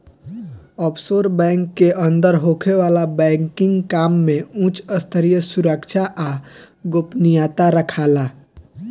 offshore bank के अंदर होखे वाला बैंकिंग काम में उच स्तरीय सुरक्षा आ गोपनीयता राखाला